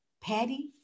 Patty